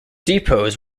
depots